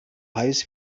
heiß